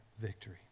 victory